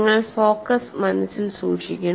നിങ്ങൾ ഫോക്കസ് മനസ്സിൽ സൂക്ഷിക്കണം